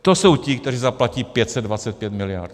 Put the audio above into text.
To jsou ti, kteří zaplatí 525 mld.